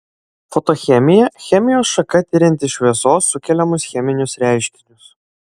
fotochemija chemijos šaka tirianti šviesos sukeliamus cheminius reiškinius